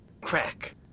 Crack